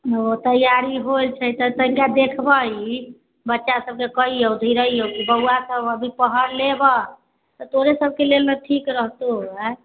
ओ तैयारी होई छै तऽ तहिया देखबै बच्चा सबके कहियौ कि बौआ सब अभी पढ लेबऽ तऽ तोरे सबके लेल न ठीक रहतौ आंय